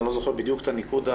אני לא זוכר בדיוק את הניקוד,